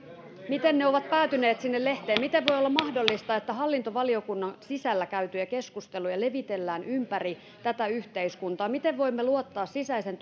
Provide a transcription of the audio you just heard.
miten ne ovat päätyneet sinne lehteen miten voi olla mahdollista että hallintovaliokunnan sisällä käytyjä keskusteluja levitellään ympäri tätä yhteiskuntaa miten voimme luottaa sisäisen